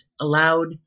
allowed